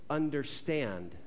understand